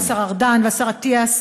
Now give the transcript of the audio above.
השר ארדן והשר אטיאס,